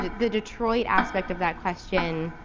the detroit aspect of that question,